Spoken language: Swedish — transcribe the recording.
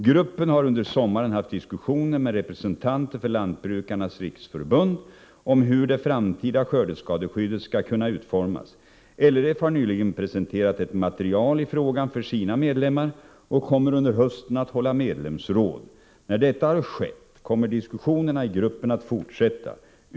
Gruppen har under sommaren haft diskussioner med representanter för Lantbrukarnas riksförbund om hur det framtida skördeskadeskyddet skall kunna utformas. LRF har nyligen presenterat ett material i frågan för sina medlemmar och kommer under hösten att hålla medlemsråd. När detta har skett kommer diskussionerna i gruppen att fortsätta.